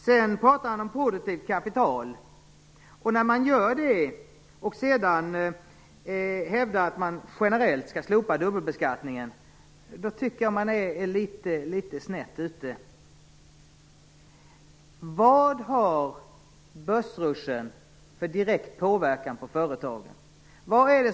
Han talar också om produktivt kapital. Om man gör det och sedan hävdar att dubbelbeskattningen skall slopas generellt tycker jag att man är litet snett ute. Vad har börsruschen för direkt påverkan på företagen?